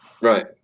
Right